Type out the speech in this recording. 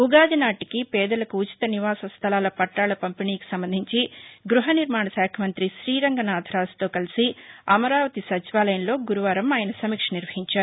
ఉ గాది నాటికి పేదలకు ఉచిత నివాస స్వలాల పట్లాల పంపిణీకి సంబంధించి గృహ నిర్మాణ శాఖ మంత్రి శ్రీరంగనాధరాజుతో కలిసి అమరావతి సచివాలయంలో గురువారం ఆయన సమీక్ష నిర్వహించారు